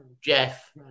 Jeff